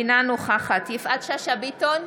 אינה נוכחת יפעת שאשא ביטון,